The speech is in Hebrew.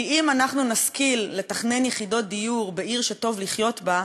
כי אם אנחנו נשכיל לתכנן יחידות דיור בעיר שטוב לחיות בה,